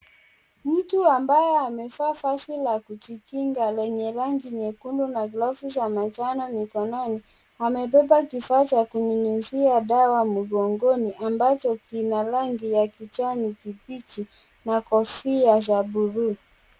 Mtu ambaye amevaa vazi la kujikinga lenye rangi nyekungu na glovu za majano mikononi amebeba kifaa cha kunyunyizia dawa mgongoni ambacho kina rangi ya kijanikibichi na kofia ya blue .